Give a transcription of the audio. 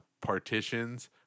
partitions